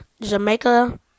Jamaica